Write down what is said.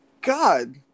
god